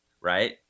right